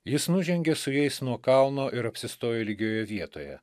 jis nužengė su jais nuo kalno ir apsistojo lygioje vietoje